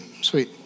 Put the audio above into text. sweet